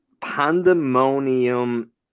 Pandemonium